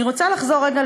אני רוצה לחזור רגע,